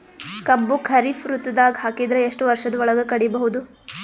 ಕಬ್ಬು ಖರೀಫ್ ಋತುದಾಗ ಹಾಕಿದರ ಎಷ್ಟ ವರ್ಷದ ಒಳಗ ಕಡಿಬಹುದು?